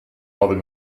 other